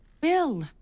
Bill